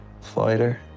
fighter